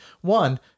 one